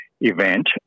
event